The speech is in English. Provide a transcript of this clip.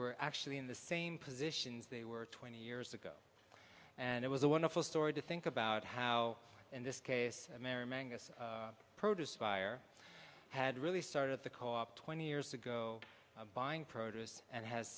were actually in the same positions they were twenty years ago and it was a wonderful story to think about how in this case mary magnus produce fire had really started the co op twenty years ago buying produce and has